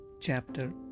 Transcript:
chapter